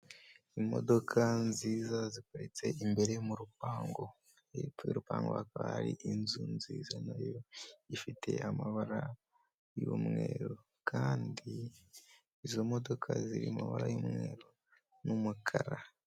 Imodoka nziza ziparitse imbere mu rupangu, hepfo y'urupangu hari inzu nziza nayo ifite amabara y'umweru, kandi izo modoka ziri mumabara y'umweru n'umukara.